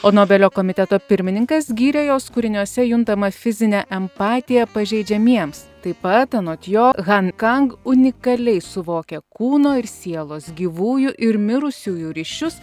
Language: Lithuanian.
o nobelio komiteto pirmininkas gyrė jos kūriniuose juntamą fizinę empatiją pažeidžiamiems taip pat anot jo han kang unikaliai suvokia kūno ir sielos gyvųjų ir mirusiųjų ryšius